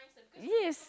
yes